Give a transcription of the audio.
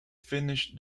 finished